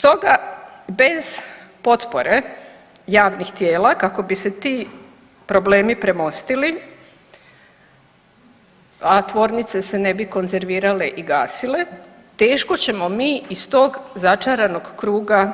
Stoga bez potpore javnih tijela kako bi se ti problemi premostili, a tvornice se ne bi konzervirale i gasile, teško ćemo mi iz tog začaranog kruga